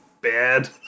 bad